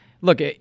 look